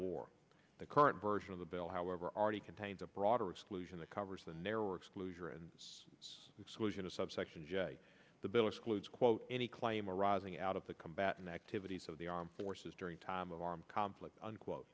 war the current version of the bill however already contains a broader exclusion the covers the narrower exclusions exclusion of subsection the bill excludes quote any claim arising out of the combat and activities of the armed forces during time of armed conflict unquote